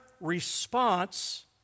response